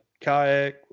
kayak